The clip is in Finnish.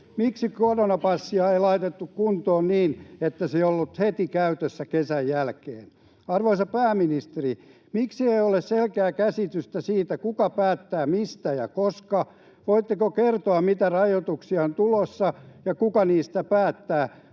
Miksi koronapassia ei laitettu kuntoon niin, että se olisi ollut heti käytössä kesän jälkeen? Arvoisa pääministeri, miksi ei ole selkeää käsitystä siitä, kuka päättää mistä ja koska? Voitteko kertoa, mitä rajoituksia on tulossa ja kuka niistä päättää,